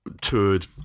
toured